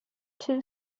two